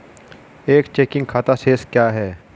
एक चेकिंग खाता शेष क्या है?